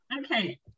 Okay